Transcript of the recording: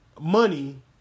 money